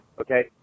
Okay